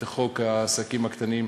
את חוק העסקים הקטנים,